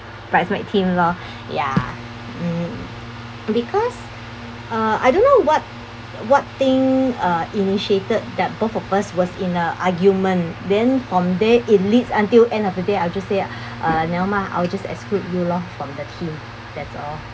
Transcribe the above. bridesmaid team loh ya mm because uh I don't know what what thing uh initiated that both of us was in a argument then from there it leads until end of the day I'll just say uh never mind I will just exclude you loh from the team that's all